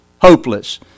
hopeless